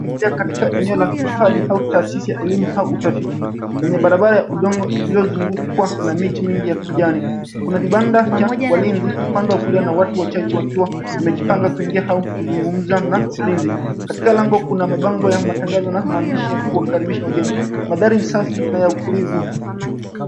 Katika eneo la hifadhi au taasisi ya elimu au utafiti lenye barabara ya udongo iliyozungukwa na miti mingi ya kijani. Kuna kibanda cha walinzi upande wa kulia na watu wachache wakiwa wamejipanga kuingia au kuzungumza na mlinzi. Katika lango kuna mabango ya matangazo na maandishi ya kuwakaribisha wageni. Madhari ni safi na ya utulivu.